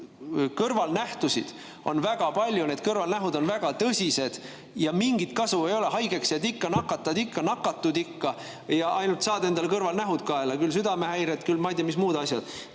Kõrvalnähtusid on väga palju, need kõrvalnähud on väga tõsised ja mingit kasu ei ole. Haigeks jääd ikka, nakatad ikka, nakatud ikka ja ainult saad endale kõrvalnähud kaela – küll südamehäired, küll ma ei tea, mis muud asjad.